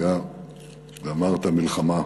גמר את המלחמה